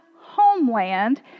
homeland